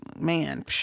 man